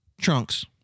Trunks